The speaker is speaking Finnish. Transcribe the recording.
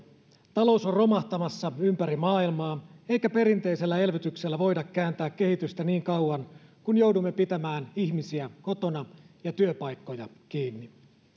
talous on romahtamassa ympäri maailmaa eikä perinteisellä elvytyksellä voida kääntää kehitystä niin kauan kuin joudumme pitämään ihmisiä kotona ja työpaikkoja kiinni